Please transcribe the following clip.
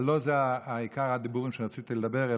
אבל לא זה עיקר הדיבורים שרציתי לדבר,